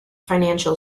financial